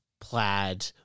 plaid